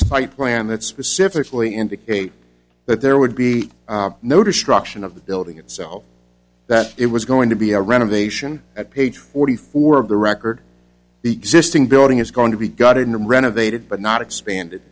site plan that specifically indicate that there would be no destruction of the building itself that it was going to be a renovation at page forty four of the record the existing building is going to be gotten renovated but not expanded